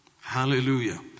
Hallelujah